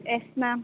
yes ma'am